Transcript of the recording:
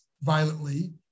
violently